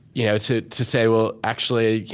you know to to say, well, actually,